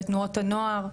בתנועות הנוער?